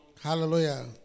Hallelujah